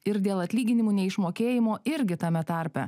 ir dėl atlyginimų neišmokėjimo irgi tame tarpe